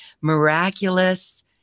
miraculous